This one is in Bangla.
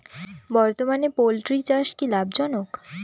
বর্তমানে পোলট্রি চাষ কি লাভজনক?